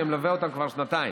אני מלווה אותם כבר שנתיים,